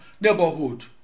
neighborhood